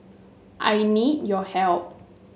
I need your help